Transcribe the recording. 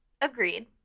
Agreed